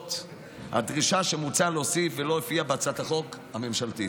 השלכות הדרישה שמוצע להוסיף ולא הופיעה בהצעת החוק הממשלתית.